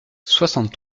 soixante